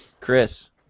Chris